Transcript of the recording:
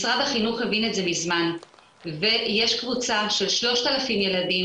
משרד החינוך הבין את זה מזמן ויש קבוצה של 3,000 ילדים